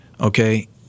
okay